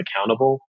accountable